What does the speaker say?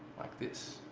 like this.